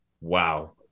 wow